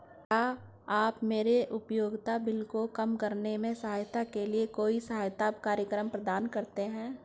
क्या आप मेरे उपयोगिता बिल को कम करने में सहायता के लिए कोई सहायता कार्यक्रम प्रदान करते हैं?